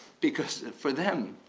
because for them,